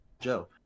Joe